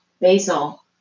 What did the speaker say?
basil